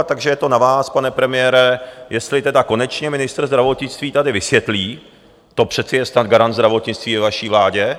Takže je to na vás, pane premiére, jestli to konečně ministr zdravotnictví tady vysvětlí, to přece je garant zdravotnictví ve vaší vládě.